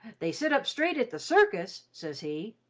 they sit up straight at the circus ses he.